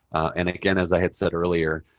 and again, as i had said earlier,